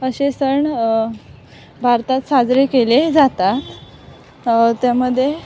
असे सण भारतात साजरे केले जातात त्यामध्ये